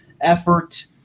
effort